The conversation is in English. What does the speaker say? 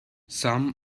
some